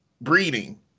breeding